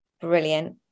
Brilliant